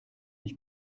ich